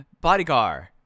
Bodyguard